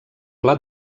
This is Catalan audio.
pla